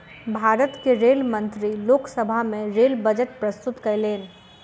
भारत के रेल मंत्री लोक सभा में रेल बजट प्रस्तुत कयलैन